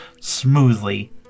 smoothly